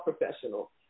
professional